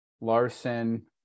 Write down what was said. Larson